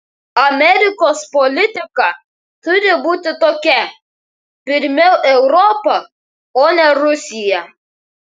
amerikos politika turi būti tokia pirmiau europa o ne rusija